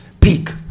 peak